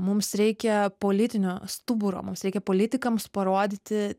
mums reikia politinio stuburo mums reikia politikams parodyti